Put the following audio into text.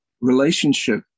relationship